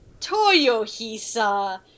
Toyohisa